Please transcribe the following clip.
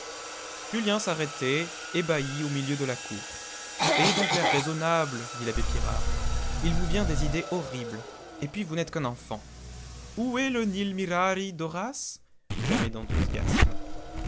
julien s'arrêtait ébahi au milieu de la cour ayez donc l'air raisonnable dit l'abbé pirard il vous vient des idées horribles et puis vous n'êtes qu'un enfant où est le nil